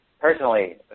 personally